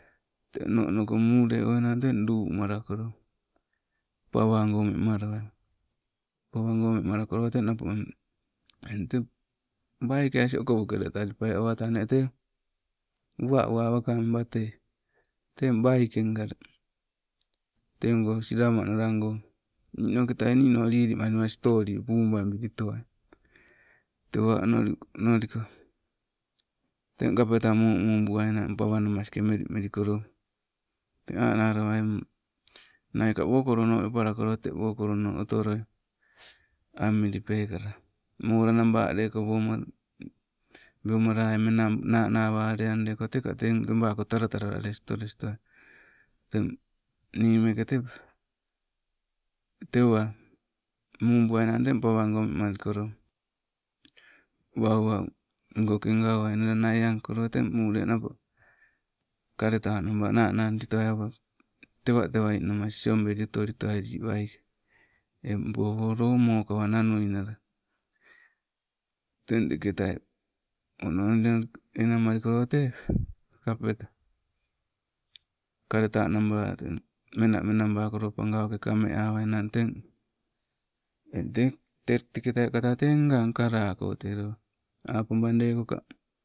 Tee ono onoko mule oainang teng lumalakolo pawago memalawa, pawago wemalakolo teng eng nappo eng teng baikee assin okopoke awa talipai awa tanee tee uwa uwa wakang watee teng baikeng gaa ulle, tegoo silama nalago ninoketai ninoo lilimalima stoli bung abilitoai. Tewa onoli onoliko, teng kapeta mumubuainang pawaa namaske melimelikolo, teng analawai naika wokolono wepalakolo otoloi amili pekala, molaanaba lekoo womaa, weumalai mena nanawalendenka, tekaa teng tebaako talatala alestoleai. Teng nii meke tee tewaa muubuainan teng pawago wemalikolo, wauwau ngoke gauwanala nai ankolo teng mule napo, kaletanaba nananditoai awa, tewa tewa ninamas siiobeli otolitoai lii waike. Eng bowo loo mokawa nanuinala. Teng tekee tai onoli, enang malikolo tee kapeta kaletanaba menabakolo pangauke kame awainang teng, tee teke tai kapeta tee ngang kala ko te loo apabaing deko ka